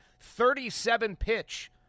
37-pitch